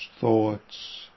thoughts